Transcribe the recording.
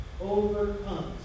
overcomes